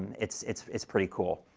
it's it's it's pretty cool.